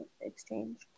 exchange